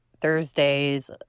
Thursdays